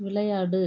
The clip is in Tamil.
விளையாடு